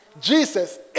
Jesus